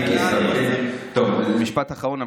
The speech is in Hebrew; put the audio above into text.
משפט אחרון.